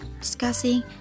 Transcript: discussing